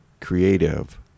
creative